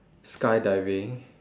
skydiving